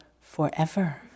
forever